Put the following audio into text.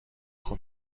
خوب